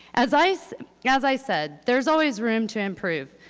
as i so yeah as i said, there's always room to improve,